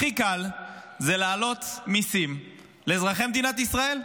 הכי קל להעלות מיסים לאזרחי מדינת ישראל,